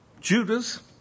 Judas